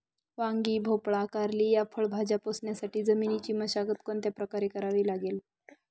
वांगी, भोपळा, कारली या फळभाज्या पोसण्यासाठी जमिनीची मशागत कोणत्या प्रकारे करावी लागेल?